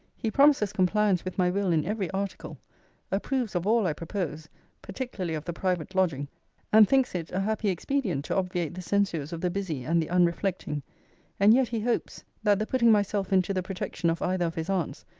he promises compliance with my will in every article approves of all i propose particularly of the private lodging and thinks it a happy expedient to obviate the censures of the busy and the unreflecting and yet he hopes, that the putting myself into the protection of either of his aunts,